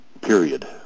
period